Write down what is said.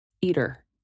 eater